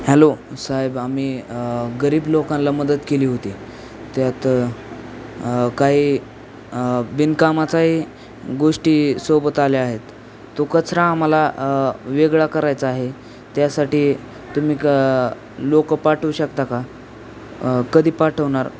hello साहेब आम्ही गरीब लोकांना मदत केली होती त्यात काही बिनकामाचाही गोष्टी सोबत आल्या आहेत तो कचरा आम्हाला वेगळा करायचा आहे त्यासाठी तुम्ही क लोक पाठवू शकता का कधी पाठवणार